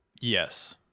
Yes